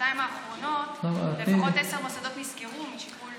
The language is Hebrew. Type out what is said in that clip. בשנתיים האחרונות לפחות עשרה מוסדות נסגרו משיקול תקציבי.